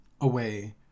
away